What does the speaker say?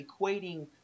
equating